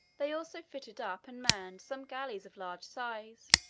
they also fitted up and manned some galleys of large size,